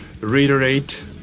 reiterate